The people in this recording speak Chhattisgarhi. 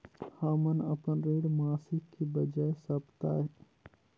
हमन अपन ऋण मासिक के बजाय साप्ताहिक चुकता करथों